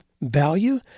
value